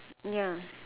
ya